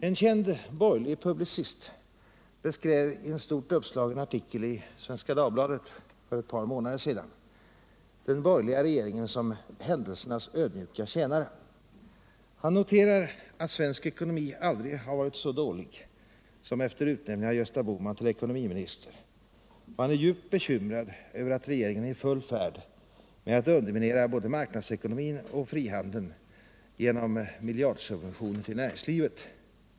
En känd borgerlig publicist beskrev i en stort uppslagen artikel i Svenska Dagbladet för ett par månader sedan den borgerliga regeringen som ”händelsernas ödmjuka tjänare”. Han noterar att svensk ekonomi aldrig har varit så dålig som efter utnämningen av Gösta Bohman till ekonomiminister, och han är djupt bekymrad över att regeringen är i full färd med att underminera både marknadsekonomin och frihandeln genom miljardsubventioner till näringslivet.